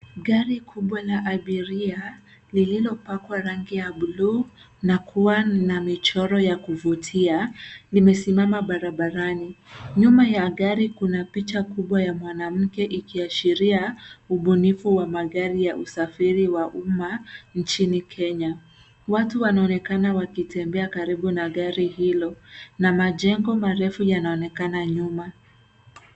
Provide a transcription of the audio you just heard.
Gari kubwa la abiria lililopakwa rangi ya bluu na kuwa na michoro ya kuvutia limesimama barabarani. Nyuma ya gari kuna picha kubwa ya mwanamke ikiashiria ubunifu wa magari ya usafiri wa umma nchini Kenya. Watu wanaonekana wakitembea karibu na gari hilo na majengo marefu yanaonekana nyuma.